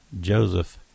Joseph